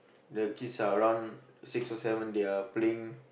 the kids are around six or seven they are playing